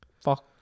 Fuck